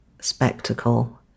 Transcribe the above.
spectacle